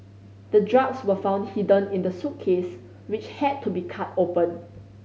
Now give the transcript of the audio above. the drugs were found hidden in the suitcase which had to be cut open